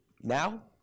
now